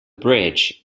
bridge